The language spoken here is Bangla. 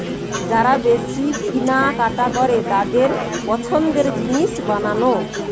যারা বেশি কিনা কাটা করে তাদের পছন্দের জিনিস বানানো